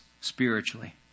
spiritually